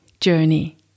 journey